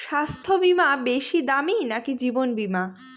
স্বাস্থ্য বীমা বেশী দামী নাকি জীবন বীমা?